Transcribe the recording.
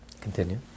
Continue